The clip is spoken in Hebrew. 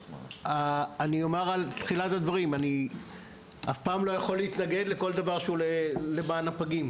אני אף פעם לא יכול להתנגד לכל דבר שהוא למען הפגים,